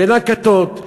בין הכתות,